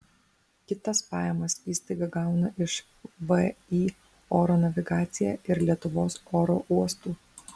kitas pajamas įstaiga gauna iš vį oro navigacija ir lietuvos oro uostų